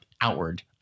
outward